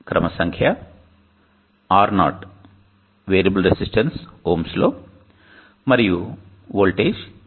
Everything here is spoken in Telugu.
క్రమ సంఖ్య R0 వేరియబుల్ రెసిస్టెన్స్ ohms లో మరియు వోల్టేజ్ VT